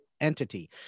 entity